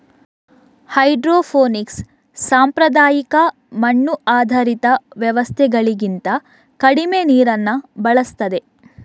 hydroponics ಸಾಂಪ್ರದಾಯಿಕ ಮಣ್ಣು ಆಧಾರಿತ ವ್ಯವಸ್ಥೆಗಳಿಗಿಂತ ಕಡಿಮೆ ನೀರನ್ನ ಬಳಸ್ತದೆ